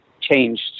changed